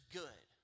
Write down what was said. good